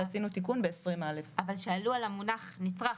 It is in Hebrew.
התיקון שעשינו בסעיף 20א. אבל שאלו על המונח "נצרך",